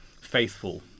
faithful